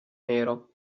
nero